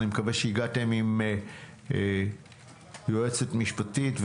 אני מקווה שהגעתם עם יועצת משפטית,